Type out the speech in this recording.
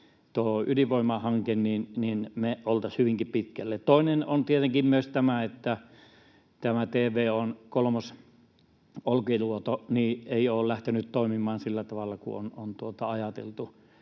liikkeelle, niin me oltaisiin hyvinkin pitkällä. Toinen on tietenkin tämä, että TVO:n Olkiluoto kolmonen ei ole lähtenyt toimimaan sillä tavalla kuin on ajateltu.